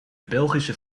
belgische